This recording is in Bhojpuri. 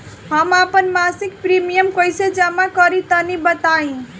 हम आपन मसिक प्रिमियम कइसे जमा करि तनि बताईं?